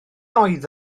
oedd